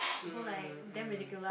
mm mm